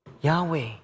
Yahweh